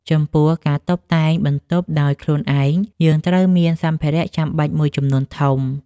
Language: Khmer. ចំពោះ ការតុបតែងបន្ទប់ដោយខ្លួនឯង យើងត្រូវមានសម្ភារៈចំបាច់មួយចំនួនធំ។